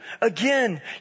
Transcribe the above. again